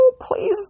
please